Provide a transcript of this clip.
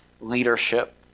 leadership